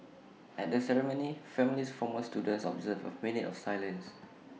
at the ceremony families formers students observed A minute of silence